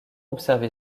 observé